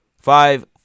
Five